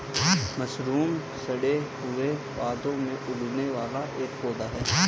mushroom सड़े हुए पादपों में उगने वाला एक पौधा है